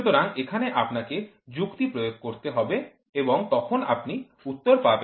সুতরাং এখানে আপনাকে যুক্তি প্রয়োগ করতে হবে এবং তখন আপনি উত্তর পাবেন